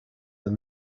than